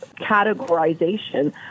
categorization